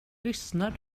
lyssnar